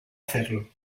hacerlo